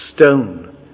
stone